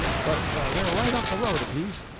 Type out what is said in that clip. but they're right up the road a piece,